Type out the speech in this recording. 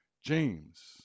James